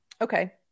Okay